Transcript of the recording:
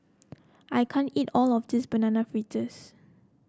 I can't eat all of this Banana Fritters